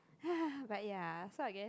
but ya so I guess